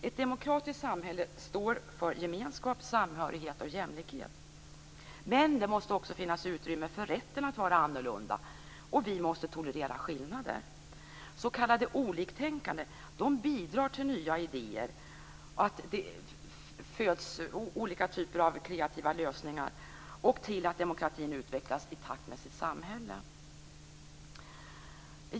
Ett demokratiskt samhälle står för gemenskap, samhörighet och jämlikhet, men det måste också finnas utrymme för rätten att vara annorlunda. Vi måste tolerera skillnader. S.k. oliktänkande bidrar till nya idéer, att det föds olika typer av kreativa lösningar och att demokratin utvecklas i takt med sitt samhälle.